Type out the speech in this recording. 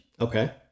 Okay